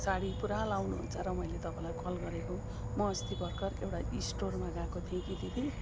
साडी पुरा लाउनु हुन्छ र मैले तपाईँलाई कल गरेको म अस्ति भर्खर एउटा स्टोरमा गएको थिएँ कि दिदी